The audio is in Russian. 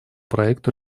проекту